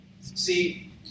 See